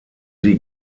sie